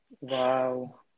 Wow